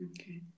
Okay